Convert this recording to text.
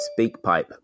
SpeakPipe